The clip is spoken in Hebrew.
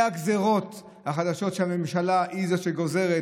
הגזרות החדשות שהממשלה גוזרת,